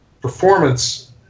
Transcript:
performance